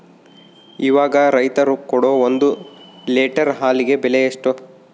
ಇವಾಗ ರೈತರು ಕೊಡೊ ಒಂದು ಲೇಟರ್ ಹಾಲಿಗೆ ಬೆಲೆ ಎಷ್ಟು?